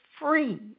free